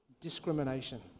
discrimination